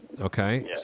Okay